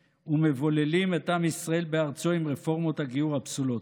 ומבוללים את עם ישראל בארצו עם רפורמות הגיור הפסולות.